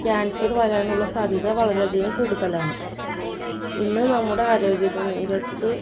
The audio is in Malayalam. ക്യാൻസർ വരാനുള്ള സാദ്ധ്യത വളരെ അധികം കൂടുതലാണ് ഇന്നു നമ്മുടെ ആരോഗ്യ രംഗത്ത്